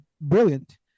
brilliant